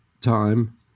time